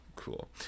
cool